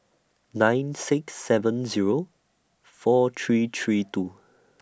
nine six seven Zero four three three two